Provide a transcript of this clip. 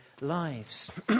lives